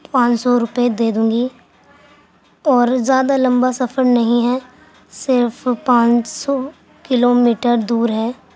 پانچ سو روپئے دے دوں گی اور زیادہ لمبا سفر نہیں ہے صرف پانچ سو کلو میٹر دور ہے